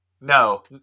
No